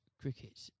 cricket